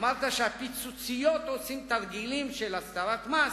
אמרת שה"פיצוציות" עושות תרגילים של הסתרת מס.